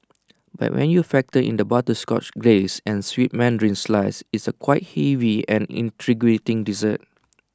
but when you factor in the butterscotch glace and sweet Mandarin slices it's quite A heavy and intriguing dessert